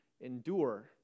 endure